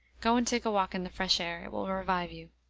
go and take a walk in the fresh air it will revive you.